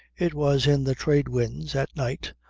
it was in the trade-winds, at night,